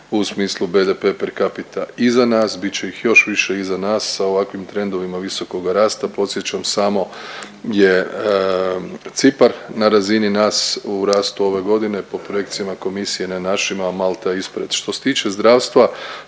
u smislu BDP prekapita iza nas, bit će ih još više iza nas sa ovakvim trendovima visokoga rasta. Podsjećam samo je Cipar na razini nas u rastu ove godine po projekcijama komisije na našima, a Malta ispred. Što se tiče zdravstva,